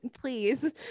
please